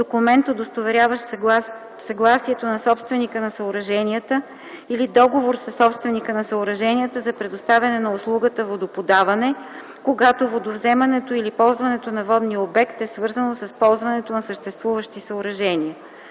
документ, удостоверяващ съгласието на собственика на съоръженията, или договор със собственика на съоръженията за предоставяне на услугата „водоподаване” – когато водовземането или ползването на водния обект е свързано с ползването на съществуващи съоръжения;